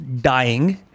dying